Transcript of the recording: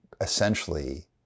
essentially